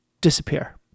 disappear